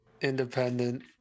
Independent